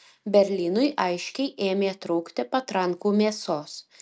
berlynui aiškiai ėmė trūkti patrankų mėsos